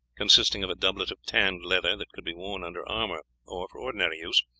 consisting of a doublet of tanned leather that could be worn under armour or for ordinary use,